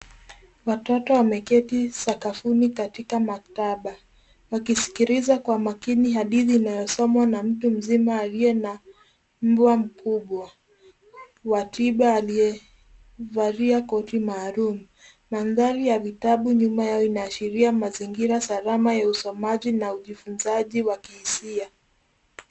Watoto wameketi sakafuni katika maktaba wakisikiliza kwa makini hadithi inayosomwa na mtu mzima aliye na mbwa mkubwa wa tiba aliyevalia koti maalum. Mandhari ya vitabu nyuma yao inaashiria mazingira salama ya kufunza ya usomaji na ujifunzaji wa kihisia.